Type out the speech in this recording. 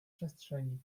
przestrzeni